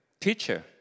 teacher